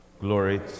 Glory